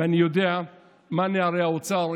ואני יודע מה נערי האוצר.